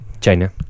China